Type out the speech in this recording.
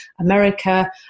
America